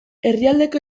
herrialdeko